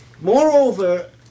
Moreover